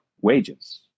wages